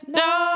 no